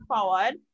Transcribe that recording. forward